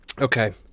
Okay